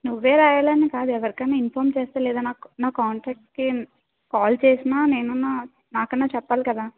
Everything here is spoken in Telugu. నువ్వే రాయాలని కాదు ఎవరికైనా ఇన్ఫార్మ్ చేస్తే లేదా నాకు నా కాంటాక్ట్స్కి కాల్ చేసినా నేనైనా నాకైనా చెప్పాలి కదా